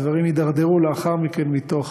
הדברים הידרדרו לאחר מכן מתוך,